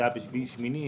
זה היה ביולי אוגוסט.